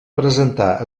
presentar